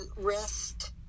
rest